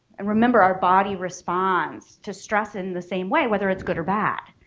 and remember our body responds to stress in the same way whether it's good or bad.